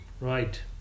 Right